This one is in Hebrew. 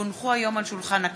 כי הונחו היום על שולחן הכנסת,